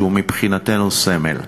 שהוא מבחינתנו סמל.